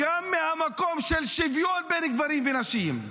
גם מהמקום של שוויון בין גברים ונשים.